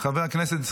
חבר הכנסת עודד פורר,